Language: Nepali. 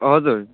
हजुर